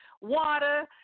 water